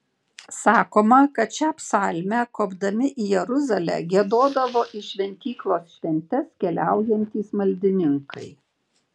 sakoma kad šią psalmę kopdami į jeruzalę giedodavo į šventyklos šventes keliaujantys maldininkai